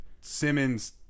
Simmons